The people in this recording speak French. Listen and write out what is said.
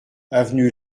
avenue